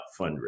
fundraising